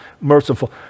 merciful